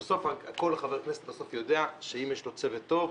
כל חבר כנסת יודע שאם יש לו צוות טוב,